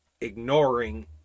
ignoring